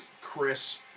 Chris